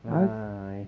az